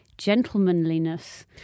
gentlemanliness